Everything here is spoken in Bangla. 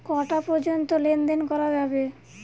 কটা পর্যন্ত লেন দেন করা যাবে?